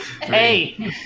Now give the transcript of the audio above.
Hey